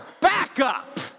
backup